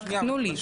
רק תנו לי.